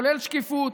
כולל שקיפות,